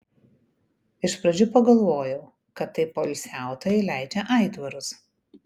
iš pradžių pagalvojau kad tai poilsiautojai leidžia aitvarus